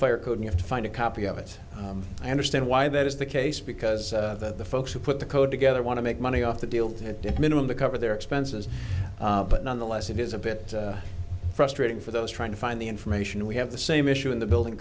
fire code you have to find a copy of it i understand why that is the case because the folks who put the code together want to make money off the deal to a minimum to cover their expenses but nonetheless it is a bit frustrating for those trying to find the information we have the same issue in the building